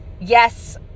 yes